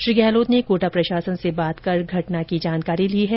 श्री गहलोत ने कोटा प्रशासन से बात कर घटना की जानकारी ली है